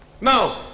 Now